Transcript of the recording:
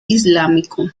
islámico